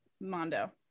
mondo